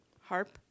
harp